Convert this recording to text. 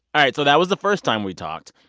all right. so that was the first time we talked.